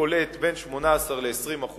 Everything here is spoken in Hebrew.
שפולטת בין 18% ל-20%,